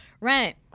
rent